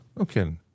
Okay